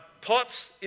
pots